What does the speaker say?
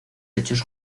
hechos